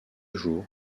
jour